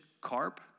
carp